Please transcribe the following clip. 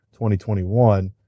2021